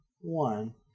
one